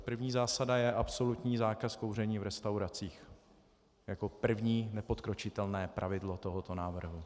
První zásada je absolutní zákaz kouření v restauracích jako první, nepodkročitelné pravidlo tohoto návrhu.